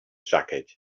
jacket